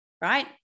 right